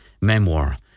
Memoir